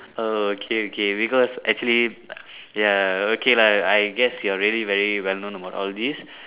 oh okay okay because actually ya okay lah I guess you are really very well known about all this